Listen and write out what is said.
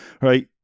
right